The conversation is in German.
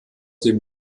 dem